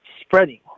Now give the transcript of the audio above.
spreading